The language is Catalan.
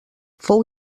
fou